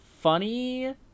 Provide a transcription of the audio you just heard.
funny